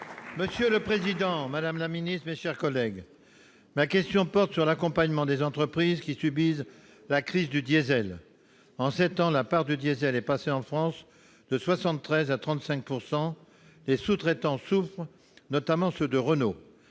groupe Les Indépendants - République et Territoires. Ma question porte sur l'accompagnement des entreprises qui subissent la crise du diesel. En sept ans, la part du diesel est passée en France de 73 % à 35 %. Les sous-traitants souffrent, notamment ceux de Renault.